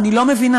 אני לא מבינה.